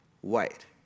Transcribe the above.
white